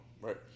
Right